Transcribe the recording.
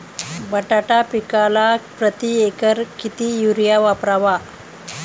बटाटा पिकाला प्रती एकर किती युरिया वापरावा?